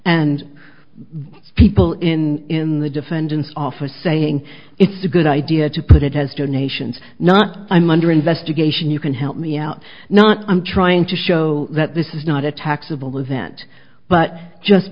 and people in in the defendant's office saying it's a good idea to put it has donations not i'm under investigation you can help me out not i'm trying to show that this is not a taxable event but just